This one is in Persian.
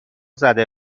زده